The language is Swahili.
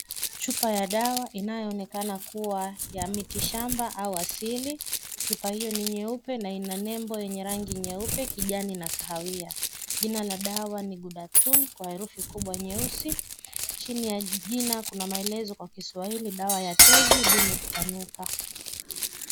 Chupa ya dawa inayoonekana kuwa ya mitishamba au asili. Chupa hiyo ni nyeupe na ina nembo yenye rangi nyeupe, kijani na kahawia. Jina la dawa ni Ghudatun kwa herufi kubwa nyeusi. Chini ya jina kuna maelezo kwa kiswahili dawa ya tezi dume kupanuka.